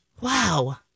Wow